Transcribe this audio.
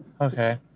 Okay